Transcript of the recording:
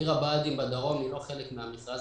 עיר הבה"דים בדרום היא לא חלק מהמכרז